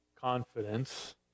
confidence